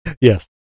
Yes